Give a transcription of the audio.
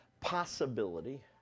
possibility